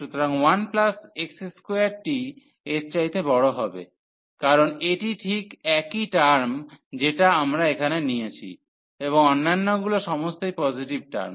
সুতরাং 1x2 টি এর চাইতে বড় হবে কারণ এটি ঠিক একই টার্ম যেটা আমরা এখানে নিয়েছি এবং অন্যান্যগুলো সমস্তই পজিটিভ টার্ম